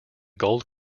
gold